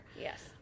yes